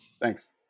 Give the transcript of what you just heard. Thanks